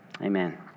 Amen